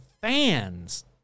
fans